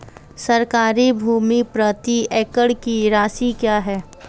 सरकारी भूमि प्रति एकड़ की राशि क्या है?